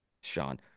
sean